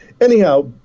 Anyhow